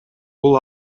бул